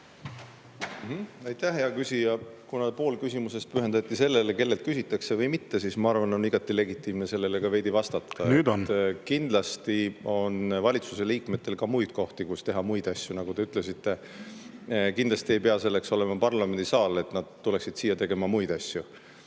Aitäh, hea küsija! Kuna pool küsimusest pühendati sellele, kellelt küsitakse või mitte, siis ma arvan, et on igati legitiimne sellele veidi vastata. Nüüd on. Nüüd on. Kindlasti on valitsuse liikmetel ka muid kohti, kus teha muid asju, nagu te ütlesite. Kindlasti ei pea selleks olema parlamendisaal, et nad tuleksid siia tegema muid asju.